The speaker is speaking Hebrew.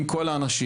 עם כל האנשים,